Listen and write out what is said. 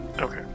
Okay